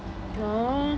oh